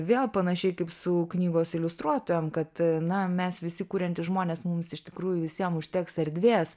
vėl panašiai kaip su knygos iliustruotojom kad na mes visi kuriantys žmonės mums iš tikrųjų visiem užteks erdvės